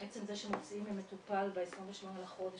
עצם זה שמוציאים ממטופל ב-28 לחודש,